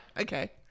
Okay